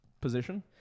position